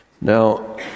Now